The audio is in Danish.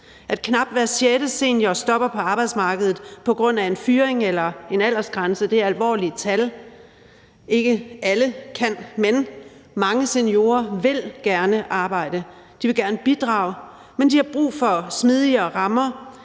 At knap hver sjette senior stopper på arbejdsmarkedet på grund af en fyring eller en aldersgrænse, er alvorlige tal. Ikke alle kan, men mange seniorer vil gerne arbejde. De vil gerne bidrage, men de har brug for smidigere rammer.